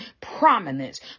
prominence